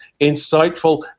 insightful